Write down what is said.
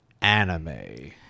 Anime